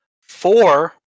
four